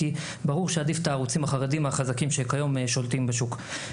כי ברור שעדיף את הערוצים החרדיים שכיום שולטים בשוק.